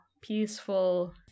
peaceful